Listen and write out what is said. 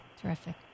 Terrific